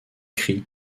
cri